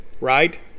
right